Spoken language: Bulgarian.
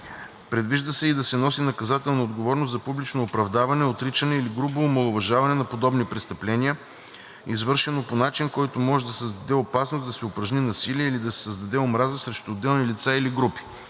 Предвижда се и да се носи наказателна отговорност за публично оправдаване, отричане или грубо омаловажаване на подобни престъпления, извършено по начин, който може да създаде опасност да се упражни насилие или да се създаде омраза срещу отделни лица или групи